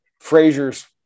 Frazier's